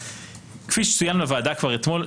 כפי שצוין בוועדה כבר אתמול,